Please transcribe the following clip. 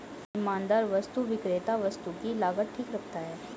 ईमानदार वस्तु विक्रेता वस्तु की लागत ठीक रखता है